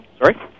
Sorry